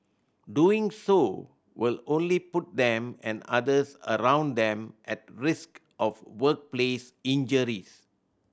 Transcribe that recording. doing so will only put them and others around them at risk of workplace injuries